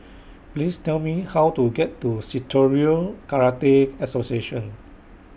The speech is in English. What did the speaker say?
Please Tell Me How to get to Shitoryu Karate Association